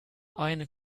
aynı